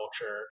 culture